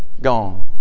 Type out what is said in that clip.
gone